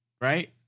right